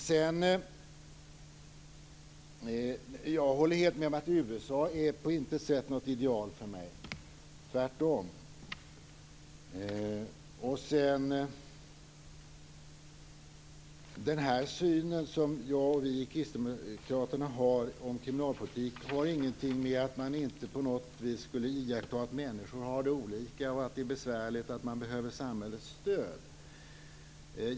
USA är på intet sätt något ideal för mig, tvärtom. Min och kristdemokraternas syn på kriminalpolitiken har inget att göra med att man inte skulle ta hänsyn till att människor har skiftande och besvärliga förhållanden och att de kan behöva samhällets stöd.